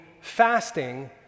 fasting